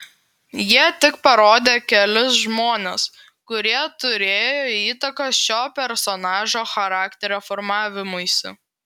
jie tik parodė kelis žmones kurie turėjo įtakos šio personažo charakterio formavimuisi